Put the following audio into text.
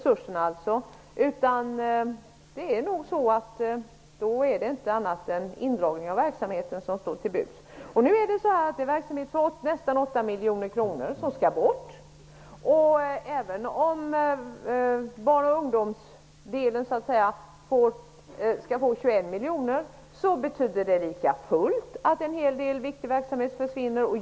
Då är det inte annat än indragning av verksamheten som står till buds. Nu skall en verksamhet som kostar 8 miljoner kronor bort. Även om barn och ungdomsdelen skall få 21 miljoner, betyder det lika fullt att en hel del viktig verksamhet försvinner.